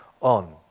on